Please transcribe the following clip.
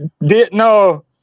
No